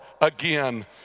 again